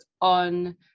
on